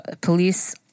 police